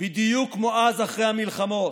בדיוק כמו אז אחרי המלחמות,